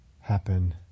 happen